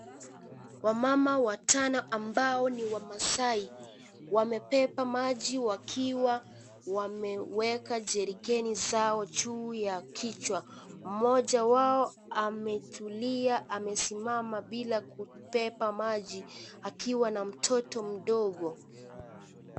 Wamama watano ambao ni wamaasai wamebeba maji waki wameweka jerikeni zao juu ya kichwa. Mmoja wao ametulia, amesimama bila kubeba maji akiwa na mtoto mdogo.